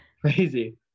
crazy